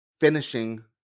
finishing